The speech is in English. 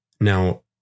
Now